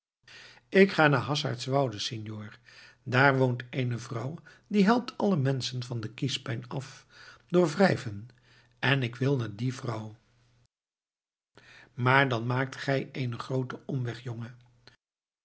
ik ga naar hasaertswoude senor daar woont eene vrouw die helpt alle menschen van de kiespijn af door wrijven en ik wil naar die vrouw maar dan maakt gij eenen grooten omweg jongen